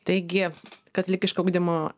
taigi katalikiško ugdymo